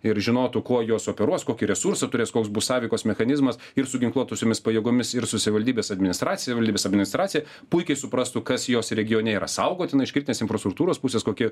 ir žinotų kuo juos operuos kokių resursų turės koks bus sąveikos mechanizmas ir su ginkluotosiomis pajėgomis ir su savivaldybės administracija valdybės administracija puikiai suprastų kas jos regione yra saugotina iš kritinės infrastruktūros pusės kokie